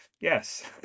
Yes